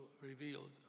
revealed